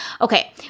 Okay